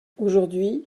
aujourd’hui